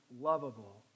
lovable